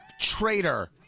traitor